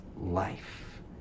life